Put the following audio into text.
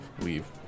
leave